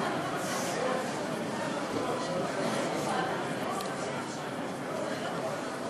אזור סחר חופשי באילת (פטורים והנחות ממסים)